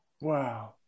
Wow